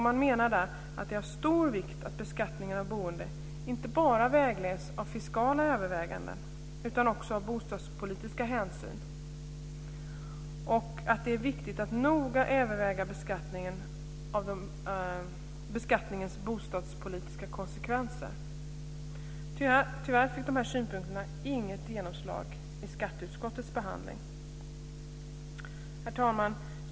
Man menar där att det är av stor vikt att beskattningen av boende inte bara vägleds av fiskala överväganden utan också av bostadspolitiska hänsyn och att det är viktigt att noga överväga beskattningens bostadspolitiska konsekvenser. Tyvärr fick de här synpunkterna inget genomslag i skatteutskottets behandling. Herr talman!